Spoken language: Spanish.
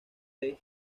dave